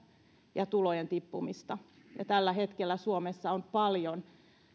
ja tulojen tippumista tällä hetkellä suomessa on paljon